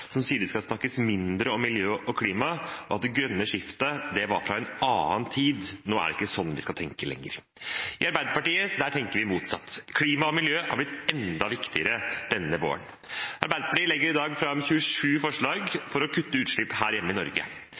som sier det skal snakkes mindre om miljø og klima, at det grønne skiftet var fra en annen tid, og at det ikke er sånn vi skal tenke lenger nå. I Arbeiderpartiet tenker vi motsatt. Klima og miljø har blitt enda viktigere denne våren. Arbeiderpartiet legger i dag fram 27 forslag for å kutte utslipp her hjemme i Norge.